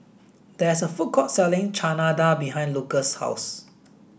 there is a food court selling Chana Dal behind Lucas' house